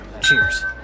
Cheers